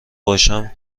باشم